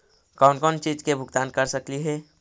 कौन कौन चिज के भुगतान कर सकली हे?